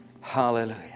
Hallelujah